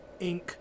Inc